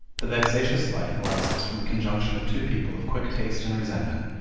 the vexatious life arises from a conjunction of two people of quick taste and resentment,